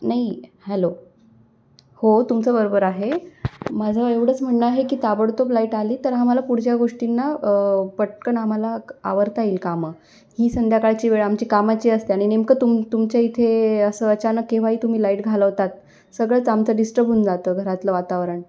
नाही हॅलो हो तुमचं बरोबर आहे माझं एवढंच म्हणणं आहे की ताबडतोब लाईट आली तर आम्हाला पुढच्या गोष्टींना पटकन आम्हाला आवरता येईल कामं ही संध्याकाळची वेळ आमची कामाची असते आणि नेमकं तुम तुमच्या इथे असं अचानक केव्हाही तुम्ही लाईट घालवतात सगळंच आमचं डिस्टर्ब होऊन जातं घरातलं वातावरण